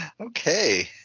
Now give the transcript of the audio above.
Okay